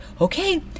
okay